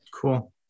cool